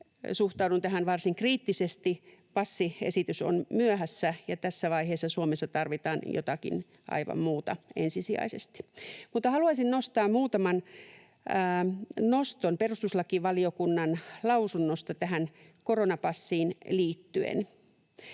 suhtaudun tähän varsin kriittisesti. Passiesitys on myöhässä, ja tässä vaiheessa Suomessa tarvitaan ensisijaisesti jotakin aivan muuta. Haluaisin nostaa muutaman kohdan perustuslakivaliokunnan lausunnosta tähän koronapassiin liittyen: